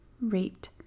raped